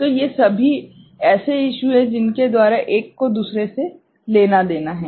तो ये भी ऐसे इशू हैं जिनके द्वारा एक को दूसरे से लेना देना है